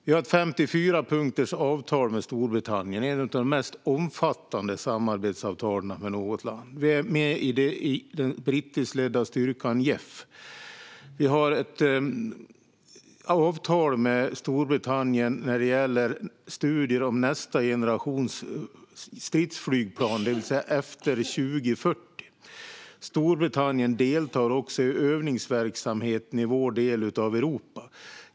Vi har ett 54-punktsavtal med Storbritannien, ett av de mest omfattande samarbetsavtalen med något land. Vi är med i den brittiskledda styrkan JEF. Vi har ett avtal med Storbritannien när det gäller studier av nästa generations stridsflygplan, det vill säga efter 2040. Storbritannien deltar också i övningsverksamheten i vår del av Europa.